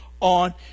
on